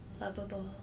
lovable